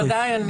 בוודאי.